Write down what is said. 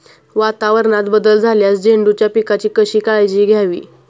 वातावरणात बदल झाल्यास झेंडूच्या पिकाची कशी काळजी घ्यावी?